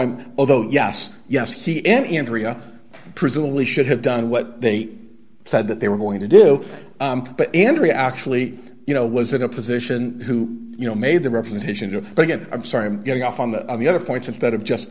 i'm although yes yes he and andrea presumably should have done what they said that they were going to do but andrea actually you know was in a position who you know made the representation of but again i'm sorry i'm getting off on the on the other points instead of just